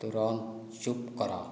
ତୁରନ୍ତ ଚୁପ୍ କର